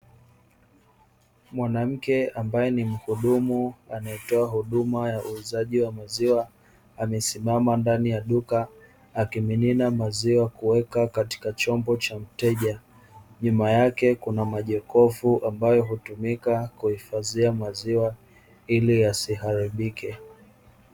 Mwanamke ambaye ni muhudumu anatoa huduma ya uuzaji wa maziwa, amesimama ndani ya duka akimimina maziwa kuweka katika chombo cha mteja. Nyuma yake kuna majokofu ambayo hutumika kuifadhia maziwa ili yasiharibike.